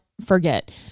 forget